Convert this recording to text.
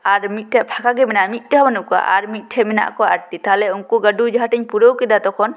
ᱢᱤᱫᱴᱷᱮᱱ ᱯᱷᱟᱸᱠᱟ ᱜᱮ ᱢᱮᱱᱟᱜᱼᱟ ᱢᱤᱫᱴᱮᱱ ᱦᱚᱸ ᱵᱟᱹᱱᱩᱜ ᱠᱚᱣᱟ ᱟᱨ ᱢᱤᱫ ᱴᱷᱮᱱ ᱢᱮᱱᱟᱜ ᱠᱚᱣᱟ ᱟᱴᱴᱤ ᱛᱟᱦᱞᱮ ᱩᱱᱠᱩ ᱜᱟᱹᱰᱩ ᱡᱩᱫᱤᱧ ᱯᱩᱨᱟᱹᱣ ᱠᱮᱫᱟ ᱛᱚᱠᱷᱚᱱ